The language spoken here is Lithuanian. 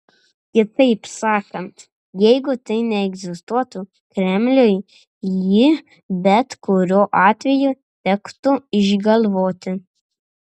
kitaip sakant jeigu tai neegzistuotų kremliui jį bet kurio atveju tektų išgalvoti